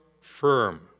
firm